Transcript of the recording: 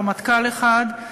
רמטכ"ל אחד.